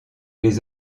les